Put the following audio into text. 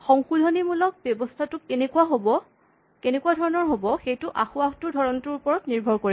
সংশোধনীমূলক ব্যৱস্থাটো কেনেকুৱা ধৰণৰ হ'ব সেইটো আসোঁৱাহটোৰ ধৰণটোৰ ওপৰত নিৰ্ভৰ কৰিব